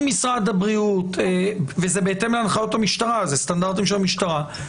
אפשר להציע משהו אחר?